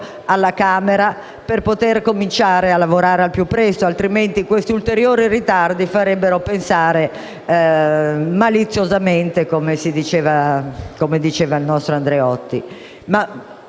deputati, per poter cominciare a lavorare al più presto, altrimenti questi ulteriori ritardi farebbero pensare maliziosamente, come diceva il nostro Andreotti.